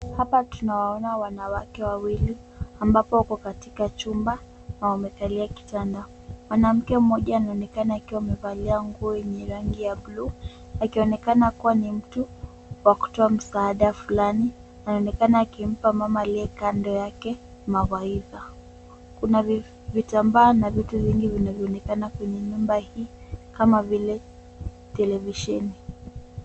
Hapa tunawaona wanawake wawili ambapo wako katika chumba na wamekalia kitanda. Mwanamke mmoja anaonekana akiwa amevalia nguo yenye rangi ya buluu, akionekana kuwa ni mtu wa kutoa msaada fulani. Anaonekana akimpa mama aliye kando yake mawaidha. Kuna vitambaa na vitu vingi vinavyoonekana kwenye nyumba hii kama vile televisheni.